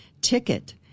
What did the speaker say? ticket